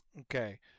Okay